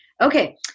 Okay